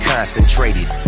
Concentrated